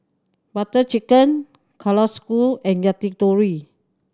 Butter Chicken Kalguksu and Yakitori